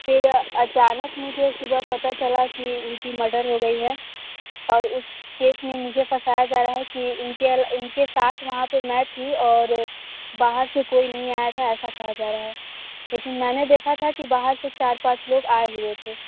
फिर अचानक मुझे सुबह पता चला कि उनकी मर्डर हो गई है और उस केस में मुझे फसाया जा रहा है कि उनके उनके साथ वहाँ पर मैं थी और बाहर से कोई नहीं आया था ऐसा कहा जा रहा है लेकिन मैंने देखा था कि बाहर से चार पाँच लोग आए हुए थे